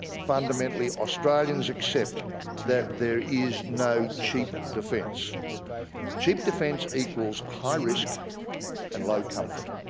fundamentally australians accept that there is no cheap defence cheap defence equals high risk and low comfort.